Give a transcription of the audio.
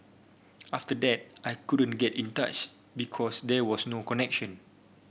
after that I couldn't get in touch because there was no connection